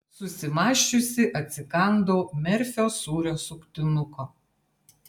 susimąsčiusi atsikandau merfio sūrio suktinuko